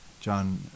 John